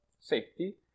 safety